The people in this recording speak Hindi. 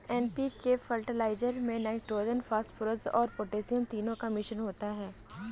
एन.पी.के फर्टिलाइजर में नाइट्रोजन, फॉस्फोरस और पौटेशियम तीनों का मिश्रण होता है